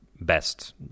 best